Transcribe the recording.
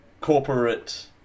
corporate